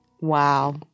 Wow